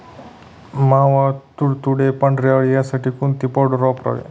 मावा, तुडतुडे, पांढरी अळी यासाठी कोणती पावडर वापरावी?